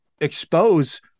expose